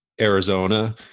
Arizona